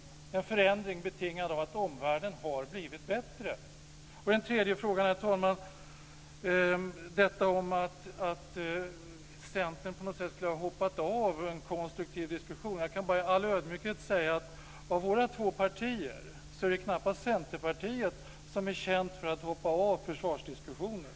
Den förändringen är betingad av att omvärlden har blivit bättre. Den tredje frågan gäller detta att Centern på något sätt skulle ha hoppat av en konstruktiv diskussion. Jag kan bara i all ödmjukhet säga att av våra två partier är det knappast Centerpartiet som är känt för att hoppa av försvarsdiskussioner.